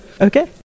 Okay